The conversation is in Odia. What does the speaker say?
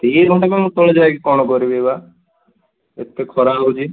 ଦି ଘଣ୍ଟା ତଳେ ଯାଇକି କଣ କରିବି ବା ଏତେ ଖରା ହେଉଛି